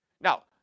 now